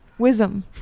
wisdom